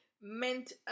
meant